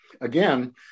Again